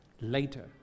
Later